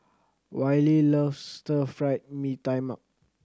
Wiley loves Stir Fried Mee Tai Mak